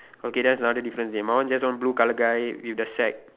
okay that's another difference dey my one just one blue colour guy with the sack